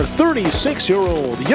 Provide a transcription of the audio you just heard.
36-year-old